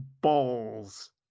Balls